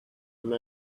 and